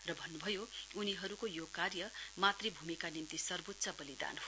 र भन्नुभयो उनीहरुको यो मातृभूमिका निम्ति सर्वोच्च वलिदान हो